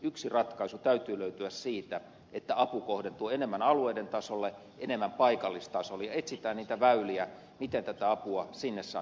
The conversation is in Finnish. yksi ratkaisu täytyy löytyä siitä että apu kohdentuu enemmän alueiden tasolle enemmän paikallistasolle ja etsitään niitä väyliä miten tätä apua sinne saadaan perille